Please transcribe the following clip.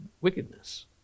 wickedness